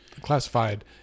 classified